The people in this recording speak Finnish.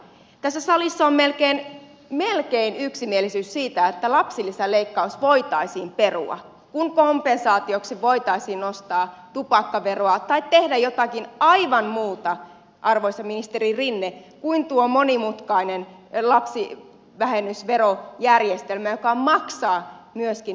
tässä salissa on melkein yksimielisyys siitä että lapsilisäleikkaus voitaisiin perua kun kompensaatioksi voitaisiin nostaa tupakkaveroa tai tehdä jotakin aivan muuta arvoisa ministeri rinne kuin tuo monimutkainen lapsivähennysverojärjestelmä joka maksaa myöskin hyvin paljon